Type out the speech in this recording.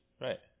Right